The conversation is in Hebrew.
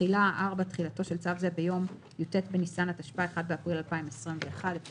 תחילה 4. תחילתו של צו זה ביום י"ט בניסן התשפ"א (1 באפריל 2021). מי